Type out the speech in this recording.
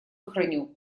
храню